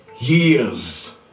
years